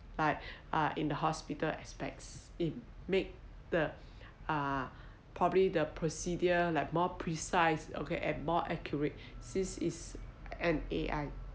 but uh in the hospital aspects it makes the uh probably the procedure like more precise okay and more accurate since is an A_I